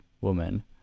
woman